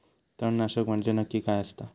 तणनाशक म्हंजे नक्की काय असता?